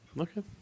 Okay